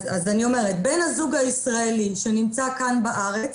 אז אני אומרת, בן הזוג הישראלי שנמצא כאן בארץ,